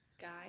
guys